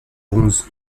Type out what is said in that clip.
bronze